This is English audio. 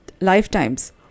lifetimes